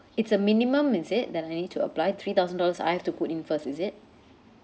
it's a minimum is it that I need to apply three thousand dollars I have to put in first is it